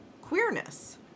queerness